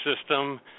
system